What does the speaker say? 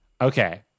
Okay